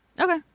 Okay